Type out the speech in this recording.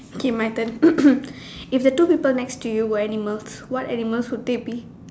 K my turn if the two people next to you were animals what animals would they be